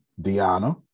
Diana